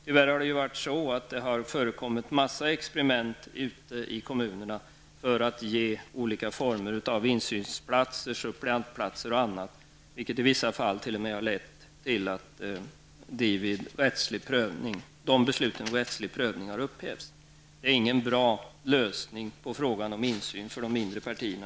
Tyvärr har det förekommit en massa experiment ute i kommunerna för att åstadkomma olika former av insynsplatser, suppleantplatser och annat, vilket i vissa fall t.o.m. lett till att de besluten har upphävts vid rättslig prövning. Det är ingen bra lösning på frågan om insyn för de mindre partierna.